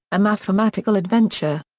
a mathematical adventure.